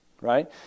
right